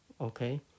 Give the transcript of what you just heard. okay